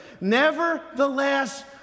Nevertheless